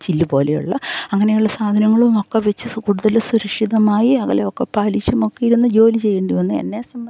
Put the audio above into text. ചില്ല് പോലെയുള്ള അങ്ങനെയുള്ള സാധനങ്ങളും ഒക്കെവെച്ച് കൂടുതൽ സുരക്ഷിതമായി അകലം ഒക്കെ പാലിച്ചും ഒക്കെ ഇരുന്ന് ജോലി ചെയ്യേണ്ടിവന്നു എന്നെ സംബന്ധിച്ച്